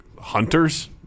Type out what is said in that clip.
hunters